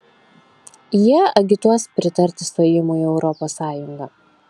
jie agituos pritarti stojimui į europos sąjungą